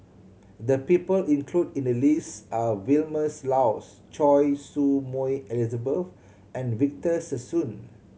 the people included in the list are Vilma Laus Choy Su Moi Elizabeth and Victor Sassoon